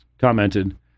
commented